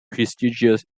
prestigious